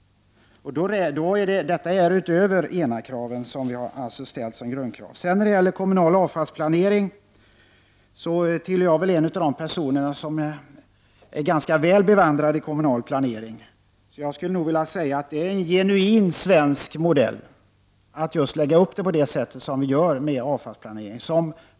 Detta går utöver ENA-kraven, som vi alltså har ställt upp som grundkrav. När det gäller kommunal avfallsplanering tillhör jag väl de personer som är ganska väl bevandrade. Jag skulle vilja säga att det rör sig om en genuin svensk modell att lägga upp avfallsplaneringen på det sätt som vi gör.